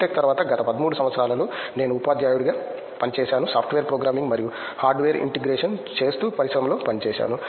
tech తర్వాత గత 13 సంవత్సరాలలో నేను ఉపాధ్యాయుడిగా పనిచేశాను సాఫ్ట్వేర్ ప్రోగ్రామింగ్ మరియు హార్డ్వేర్ ఇంటిగ్రేషన్ చేస్తూ పరిశ్రమలో పనిచేశాను